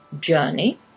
journey